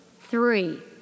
three